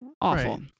awful